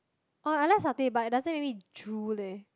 oh I like satay but it doesn't really drool leh